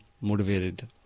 motivated